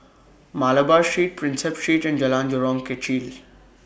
Malabar Street Prinsep Street and Jalan Jurong Kechil